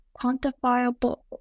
quantifiable